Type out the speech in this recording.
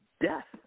death